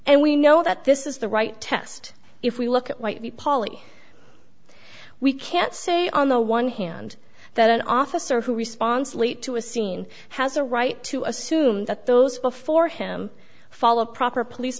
and we know that this is the right test if we look at whitey pauli we can't say on the one hand that an officer who responds late to a scene has a right to assume that those before him follow proper police